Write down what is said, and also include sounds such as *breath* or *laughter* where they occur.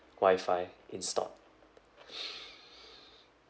wi-fi installed *breath*